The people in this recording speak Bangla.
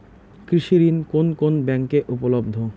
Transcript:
কৃষি ঋণ কোন কোন ব্যাংকে উপলব্ধ?